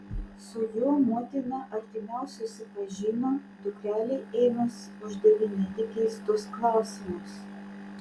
su juo motina artimiau susipažino dukrelei ėmus uždavinėti keistus klausimus